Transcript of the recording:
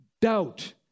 Doubt